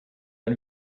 out